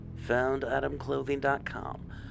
FoundAdamClothing.com